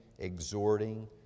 exhorting